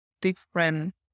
different